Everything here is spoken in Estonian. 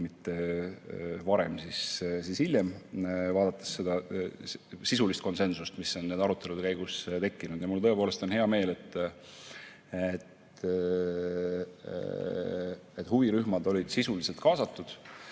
mitte varem, siis hiljem, vaadates seda sisulist konsensust, mis on nende arutelude käigus tekkinud. Mul on tõepoolest hea meel, et huvirühmad olid sisuliselt kaasatud.